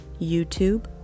YouTube